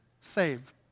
save